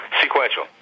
Sequential